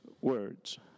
words